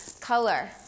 color